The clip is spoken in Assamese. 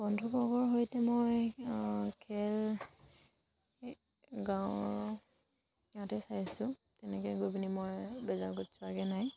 বন্ধুবৰ্গৰ সৈতে মই খেল গাঁৱৰ ইয়াতে চাইছোঁ তেনেকৈ গৈ পিনি মই বেলেগত চোৱাগৈ নাই